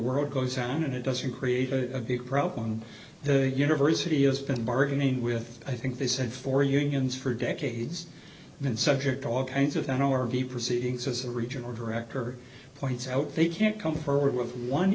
world goes on it doesn't create a big problem the university has been bargaining with i think they said for unions for decades been subject to all kinds of that or be proceedings as a regional director points out they can't come forward with one